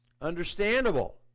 Understandable